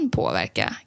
påverka